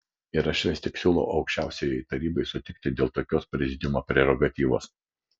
ir aš vis tik siūlau aukščiausiajai tarybai sutikti dėl tokios prezidiumo prerogatyvos